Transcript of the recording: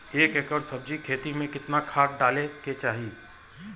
एक एकड़ सब्जी के खेती में कितना खाद डाले के चाही?